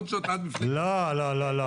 לא לא.